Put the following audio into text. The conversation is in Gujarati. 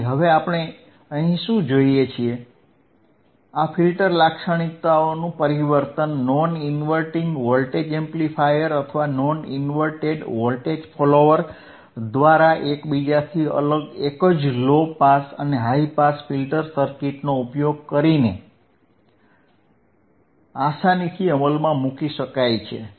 તેથી હવે અહીં આપણે શું જોઈએ છીએ આ ફિલ્ટર લાક્ષણિકતાઓનું પરિવર્તન નોન ઇન્વર્ટીંગ વોલ્ટેજ એમ્પ્લીફાયર અથવા નોન ઇન્વર્ટેડ વોલ્ટેજ ફોલોઅર દ્વારા એકબીજાથી અલગ એક જ લો પાસ અને હાઇ પાસ ફિલ્ટર સર્કિટનો ઉપયોગ કરીને આસાનીથી અમલમાં મૂકી શકાય છે